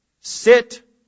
Sit